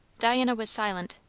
diana was silent.